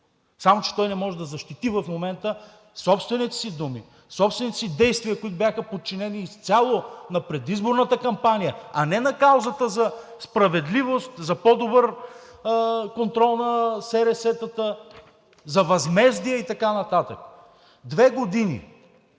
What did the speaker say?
само че той не може да защити в момента собствените си думи, собствените си действия, които бяха подчинени изцяло на предизборната кампания, а не на каузата за справедливост, за по-добър контрол на СРС-тата, за възмездие и така нататък. Две години